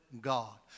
God